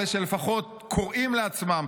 אלה שלפחות קוראים לעצמם,